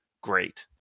great